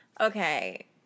Okay